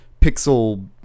pixel